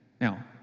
Now